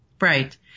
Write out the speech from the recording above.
right